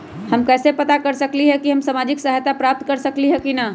हम कैसे पता कर सकली ह की हम सामाजिक सहायता प्राप्त कर सकली ह की न?